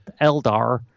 Eldar